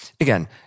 Again